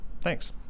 Thanks